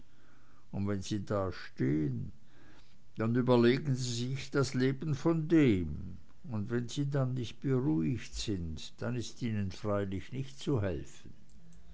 und wenn sie da stehen dann überlegen sie sich das leben von dem und wenn sie dann nicht beruhigt sind dann ist ihnen freilich nicht zu helfen